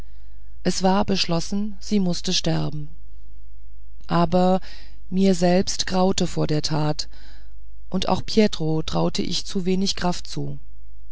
es war beschlossen sie mußte sterben aber mir selbst graute vor der tat und auch pietro traute ich zu wenig kraft zu